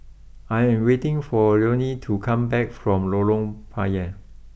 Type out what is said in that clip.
I am waiting for Lonie to come back from Lorong Payah